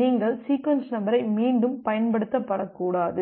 நீங்கள் சீக்வென்ஸ் நம்பரை மீண்டும் பயன்படுத்தக்கூடாது